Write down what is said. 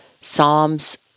Psalms